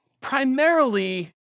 primarily